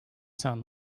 son